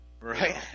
Right